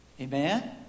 Amen